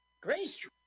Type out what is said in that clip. Great